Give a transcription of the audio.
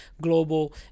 global